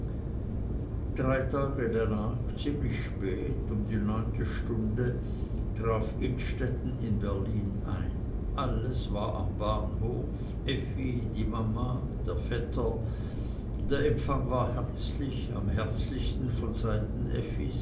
drei tage danach ziemlich spät um die neunte stunde traf innstetten in berlin ein alles war am bahnhof effi die mama der vetter der empfang war herzlich am herzlichsten von seiten